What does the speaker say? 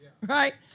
right